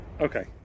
Okay